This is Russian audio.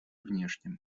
внешним